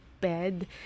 bed